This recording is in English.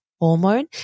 hormone